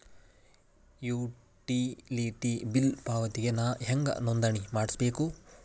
Utility bill ಪಾವತಿಗೆ ನಾ ಹೆಂಗ್ ನೋಂದಣಿ ಮಾಡ್ಸಬೇಕು?